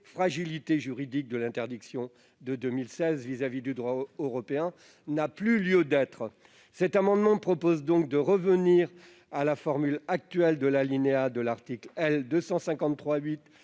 fragilité juridique de l'interdiction de 2016 à l'égard du droit européen, n'a plus lieu d'être. Je propose donc de revenir à la formulation actuelle de l'alinéa de l'article L. 253-8